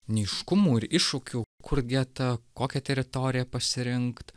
neaiškumų ir iššūkių kur getą kokią teritoriją pasirinkt